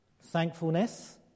Thankfulness